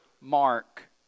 Mark